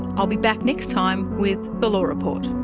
i'll be back next time with the law report